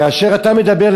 כאשר אתה מדבר,